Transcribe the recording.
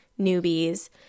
newbies